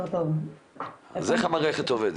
תספרי לנו איך המערכת עובדת.